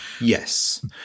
Yes